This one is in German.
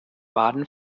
baden